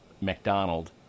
McDonald